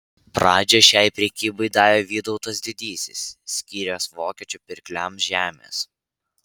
pradžią šiai prekybai davė vytautas didysis skyręs vokiečių pirkliams žemės